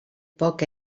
poc